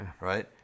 Right